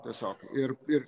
tiesiog ir ir